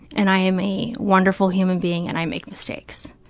and i am a wonderful human being and i make mistakes.